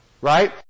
right